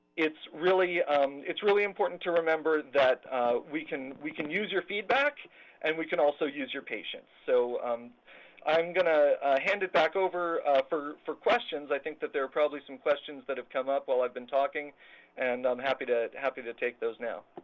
it's really it's really important to remember that we can we can use your feedback and we can also use your patience. so i'm going to hand it back over for for questions. i think there's probably some questions that have come up while i've been talking and i'm happy to happy to take those now.